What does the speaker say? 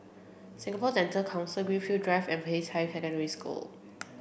Singapore Dental Council Greenfield Drive and Peicai Secondary School